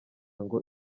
ngo